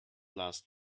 last